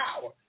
power